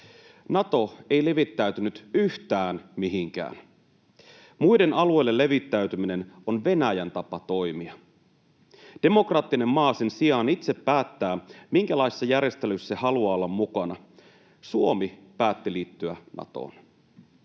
Nato ei levittäytynyt yhtään mihinkään. Muiden alueille levittäytyminen on Venäjän tapa toimia. Demokraattinen maa sen sijaan itse päättää, minkälaisissa järjestelyissä haluaa olla mukana. Suomi päätti liittyä Natoon.